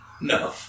no